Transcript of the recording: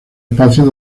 espacios